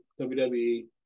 WWE